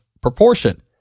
proportion